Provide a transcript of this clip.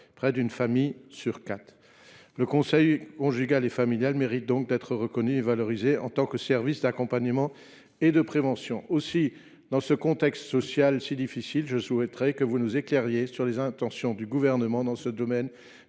près d’une famille sur quatre. Le conseil conjugal et familial mérite donc d’être reconnu et valorisé en tant que service d’accompagnement et de prévention. Dans ce contexte social si difficile, pouvez vous nous éclairer sur les intentions du Gouvernement dans le domaine